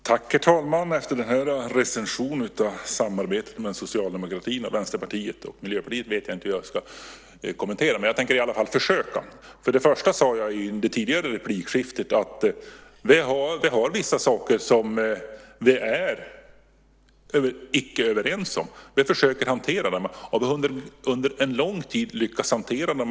Herr talman! Jag vet inte hur jag ska kommentera denna recension av samarbetet mellan socialdemokratin, Vänsterpartiet och Miljöpartiet, men jag tänker i alla fall försöka. Först och främst sade jag i det tidigare replikskiftet att vi har vissa saker som vi icke är överens om. Vi försöker hantera dem, och vi har under en lång tid lyckats hantera dem.